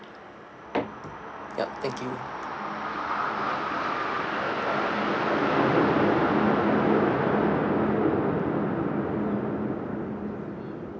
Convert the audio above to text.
yup thank you